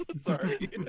sorry